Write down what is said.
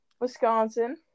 Wisconsin